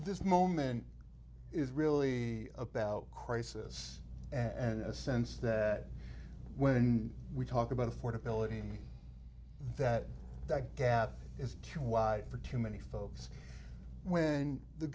this moment is really about crisis and a sense that when we talk about affordability that that gap is why for too many folks when the